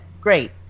Great